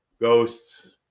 ghosts